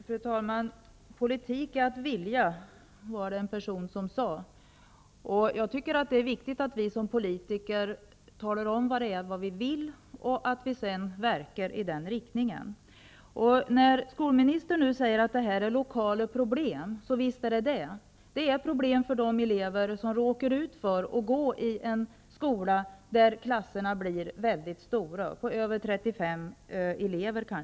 Fru talman! Politik är att vilja, var det en person som sade. Det är viktigt att vi som politiker talar om vad vi vill och att vi därefter verkar i den riktningen. Visst handlar som om lokala problem, som skolministern säger. Det är problem för de elever som råkar gå i en skola där klasserna blir väldigt stora, kanske på över 35 elever.